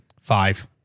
Five